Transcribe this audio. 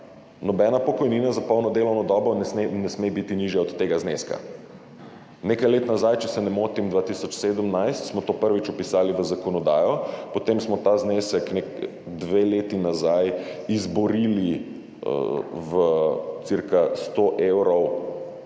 nobena pokojnina za polno delovno dobo ne sme biti nižja od tega zneska. Nekaj let nazaj, če se ne motim 2017, smo to prvič vpisali v zakonodajo, potem smo ta znesek dve leti nazaj izborili v cirka 100 evrov